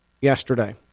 yesterday